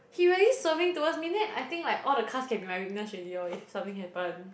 he really swerving towards me then I think like all the cars can be my witness already loh if something happen